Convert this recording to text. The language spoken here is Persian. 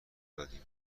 دادیم